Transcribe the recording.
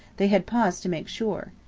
they had paused to make sure.